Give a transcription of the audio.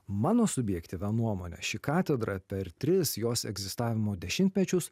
mano subjektyvia nuomone ši katedra per tris jos egzistavimo dešimtmečius